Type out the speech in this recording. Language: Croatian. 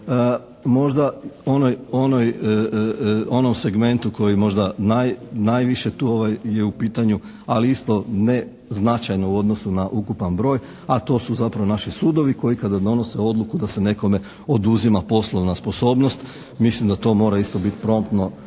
u onom segmentu koji možda najviše tu je u pitanju, ali isto ne značajno u odnosu na ukupan broj, a to su zapravo naši sudovi koji kada donose odluku da se nekome oduzima poslovna sposobnost. Mislim da to mora isto promptno